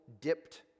dipped